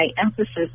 emphasis